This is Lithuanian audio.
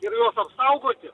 ir apsaugoti